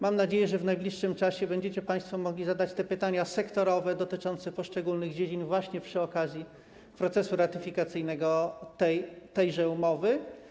Mam nadzieję, że w najbliższym czasie będziecie państwo mogli zadać te pytania sektorowe dotyczące poszczególnych dziedzin przy okazji procesu ratyfikacyjnego tejże umowy.